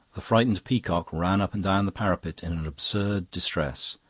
the frightened peacock ran up and down the parapet in an absurd distress,